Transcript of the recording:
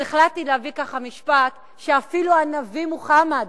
אז החלטתי להביא משפט, שאפילו הנביא מוחמד